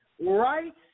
right